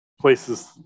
places